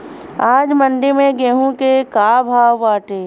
आज मंडी में गेहूँ के का भाव बाटे?